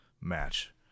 match